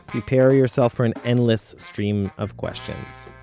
prepare yourself for an endless stream of questions.